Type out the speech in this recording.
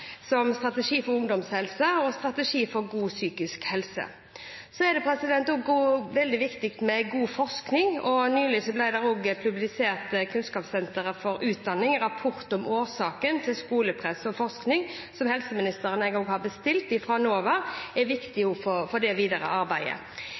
som i strategien for ungdomshelse og strategien for god psykisk helse. Så er det også veldig viktig med god forskning. Nylig publiserte Kunnskapssenter for utdanning en rapport om årsakene til stress i skolen, og forskning som helseministeren og jeg har bestilt fra NOVA, er viktig